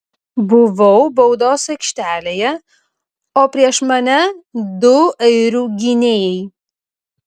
buvau baudos aikštelėje o prieš mane du airių gynėjai